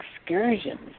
excursions